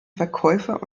verkäufer